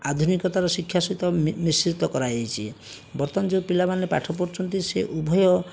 ଆଧୁନିକତାର ଶିକ୍ଷା ସହିତ ମିଶ୍ରିତ କରାହେଇଛି ବର୍ତ୍ତମାନ ଯେଉଁ ପିଲାମାନେ ପାଠ ପଢ଼ୁଛନ୍ତି ସେ ଉଭୟ